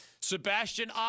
Sebastian